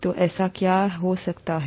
तो ऐसा क्या हो सकता है